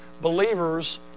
believers